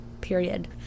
period